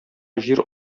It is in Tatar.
җир